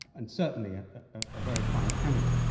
and certainly a very fine candidate.